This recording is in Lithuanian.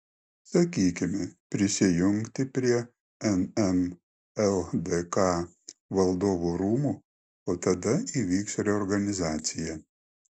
sakykime prijungti prie nm ldk valdovų rūmų o tada įvyks reorganizacija